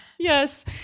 Yes